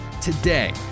today